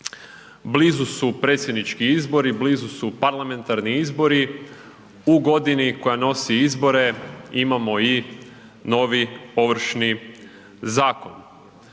blizu su predsjednički izbori, blizu su parlamentarni izbori, u godini koja nosi izbore imamo i novi Ovršni zakon.